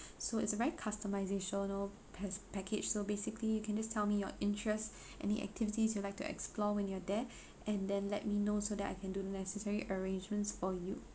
so it's a very customisational pac~ package so basically you can just tell me your interest any activities you'd like to explore when you're there and then let me know so that I can do the necessary arrangements for you